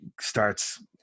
starts